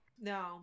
no